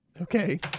Okay